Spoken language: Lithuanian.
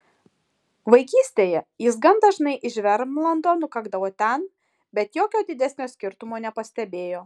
vaikystėje jis gan dažnai iš vermlando nukakdavo ten bet jokio didesnio skirtumo nepastebėjo